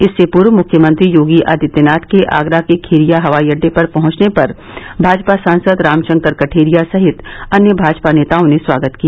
इससे पूर्व मुख्यमंत्री योगी आदित्यनाथ के आगरा के खेरिया हवाई अड्डे पर पहुँचने पर भाजपा सांसद रामशंकर कठेरिया सहित अन्य भाजपा नेताओं ने स्वागत किया